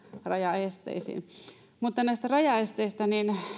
rajaesteisiin näistä rajaesteistä